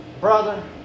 Brother